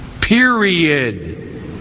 Period